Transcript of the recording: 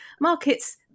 markets